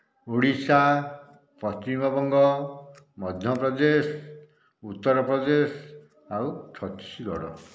ଓଡ଼ିଶା ପଶ୍ଚିମବଙ୍ଗ ମଧ୍ୟପ୍ରଦେଶ ଉତ୍ତରପ୍ରଦେଶ ଆଉ ଛତିଶଗଡ଼